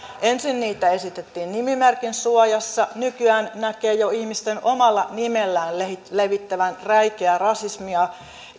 ensin niitä esitettiin nimimerkin suojassa nykyään näkee jo ihmisten omalla nimellään levittävän räikeää rasismia